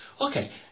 okay